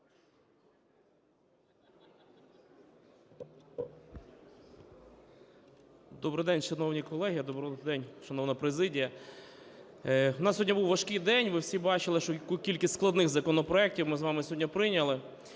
Добрий день, шановні колеги! Добрий день, шановна президія! У нас сьогодні був важкий день, ви всі бачили, яку кількість складних законопроектів ми з вами сьогодні прийняли.